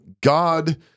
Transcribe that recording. God